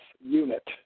unit